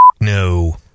no